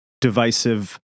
divisive